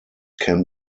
can